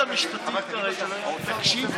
לא הממשלה אלא החשכ"ל.